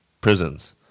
prisons